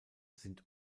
sind